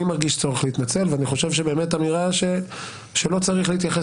אני מרגיש צורך להתנצל ואני חושב שבאמת אמירה שלא צריך להתייחס